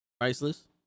Priceless